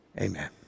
Amen